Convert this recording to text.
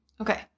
Okay